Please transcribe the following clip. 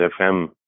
FM